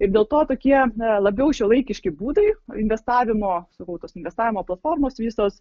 ir dėl to tokie labiau šiuolaikiški būdai investavimo sakau tos investavimo platformos visos